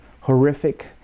horrific